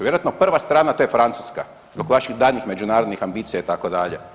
Vjerojatno prva strana, a to je francuska zbog vaših daljnjih međunarodnih ambicija itd.